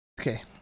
Okay